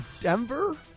Denver